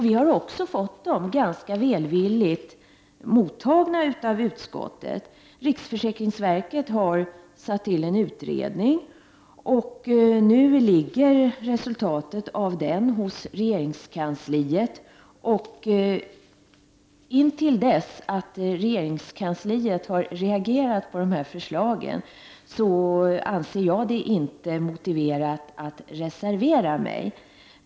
Vi har också fått dem ganska välvilligt mottagna i utskottet. Riksförsäkringsverket har tillsatt en utredning. Nu ligger resultatet av den hos regeringskansliet. Intill dess att regeringskansliet har reagerat på dessa förslag anser jag det inte vara motiverat att reservera mig.